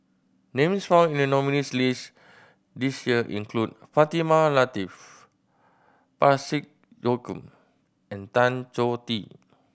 names found in the nominees' list this year include Fatimah Lateef Parsick Joaquim and Tan Choh Tee